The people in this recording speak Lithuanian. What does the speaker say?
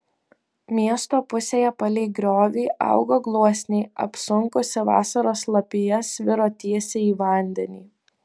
miesto pusėje palei griovį augo gluosniai apsunkusi vasaros lapija sviro tiesiai į vandenį